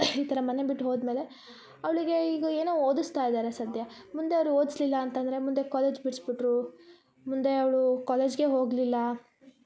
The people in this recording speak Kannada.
ಈ ಥರ ಮನೆಬಿಟ್ಟು ಹೋದ್ಮೇಲೆ ಅವಳಿಗೆ ಈಗ ಏನೊ ಓದುಸ್ತಾಯಿದ್ದಾರೆ ಸದ್ಯ ಮುಂದೆ ಅವ್ರ ಓದ್ಸ್ಲಿಲ್ಲ ಅಂದರೆ ಕಾಲೇಜ್ ಬಿಡ್ಸ್ಬಿಟ್ರು ಮುಂದೆ ಅವಳು ಕಾಲೇಜ್ಗೆ ಹೋಗಲಿಲ್ಲ